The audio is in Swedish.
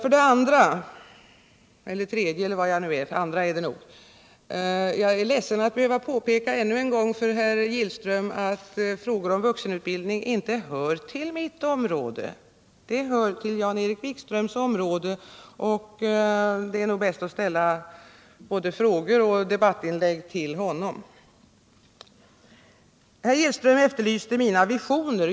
Vidare är jag ledsen att ännu en gång behöva påpeka för herr Gillström att frågor kring vuxenutbildningen inte hör till mitt utan till Jan-Erik Wikströms område. Det är nog bäst att rikta både frågor och debattinlägg till honom. Herr Gillström efterlyste mina visioner.